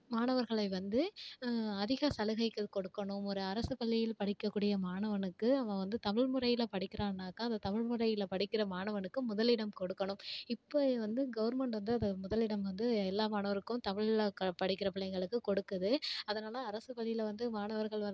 மாணவர்களை வந்து அதிக சலுகைகள் கொடுக்கணும் ஒரு அரசு பள்ளியில் படிக்கக்கூடிய மாணவனுக்கு அவன் வந்து தமிழ் முறையில் படிக்கிறானாக்கா அந்த தமிழ் முறையில் படிக்கிற மாணவனுக்கு முதலிடம் கொடுக்கணும் இப்போ வந்து கவுர்மெண்ட் வந்து அதை முதலிடம் வந்து எல்லா மாணவருக்கும் தமிழில் க படிக்கிற பிள்ளைங்களுக்கு கொடுக்குது அது என்னன்னால் அரசு பள்ளியில் வந்து மாணவர்கள் வரு